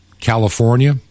California